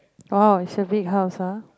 oh it's a big house ah